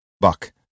buck